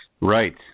Right